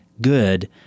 good